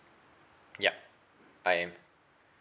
yup I am